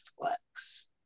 flex